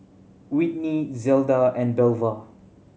Whitney Zelda and Belva